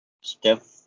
Steph